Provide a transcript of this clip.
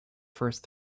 first